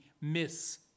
miss